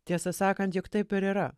tiesą sakant juk taip ir yra